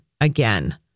again